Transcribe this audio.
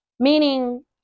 Meaning